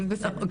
אבל בסדר,